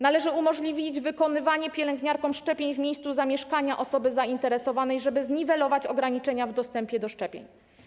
Należy umożliwić wykonywanie pielęgniarkom szczepień w miejscu zamieszkania osoby zainteresowanej, żeby zniwelować ograniczenia w dostępie do szczepień.